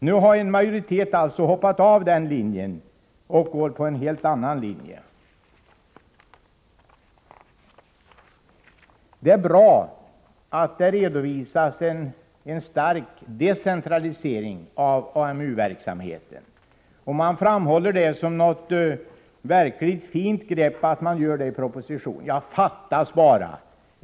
Nu har en majoritet alltså hoppat av och går på en helt annan linje. Det är bra att det redovisas en stark decentralisering av AMU-verksamheten. Att det sker i propositionen framhålls som ett verkligt fint grepp. Ja, fattas bara!